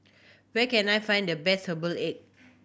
where can I find the best herbal egg